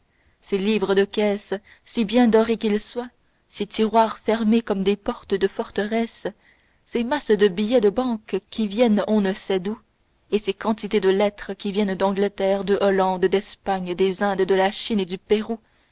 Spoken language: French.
ces livres de caisse si bien dorés qu'ils soient ces tiroirs fermés comme des portes de forteresses ces masses de billets de banque qui viennent on ne sait d'où et ces quantités de lettres qui viennent d'angleterre de hollande d'espagne des indes de la chine et du pérou